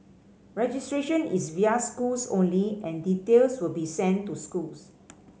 registration is via schools only and details will be sent to schools